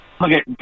Okay